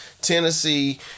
Tennessee